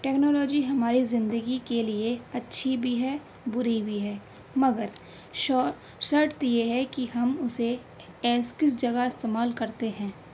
technology ہماری زندگی کے لیے اچھی بھی ہے بری بھی ہے مگر شرط یہ ہے کہ ہم اسے ایسی کس جگہ استعمال کرتے ہیں